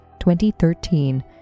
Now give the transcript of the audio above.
2013